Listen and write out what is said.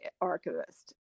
archivist